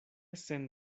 sen